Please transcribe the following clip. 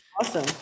Awesome